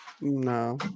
No